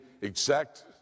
exact